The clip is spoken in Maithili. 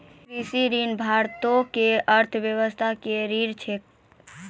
कृषि ऋण भारतो के अर्थव्यवस्था के रीढ़ छै